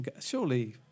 Surely